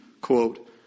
quote